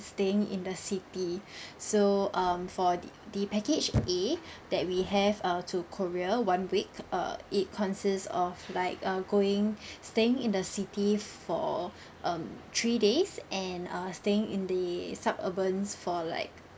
staying in the city so um for the the package A that we have uh to korea one week err it consists of like uh going staying in the city for um three days and err staying in the suburban for like